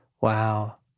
wow